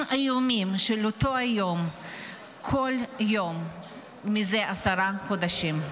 איומים של אותו היום כל יום זה עשרה חודשים.